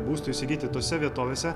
būstui įsigyti tose vietovėse